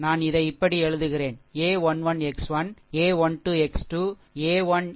நான் இதை இப்படி எழுதுகிறேன் இது a1 1 x 1 a1 2 x 2